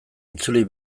itzuli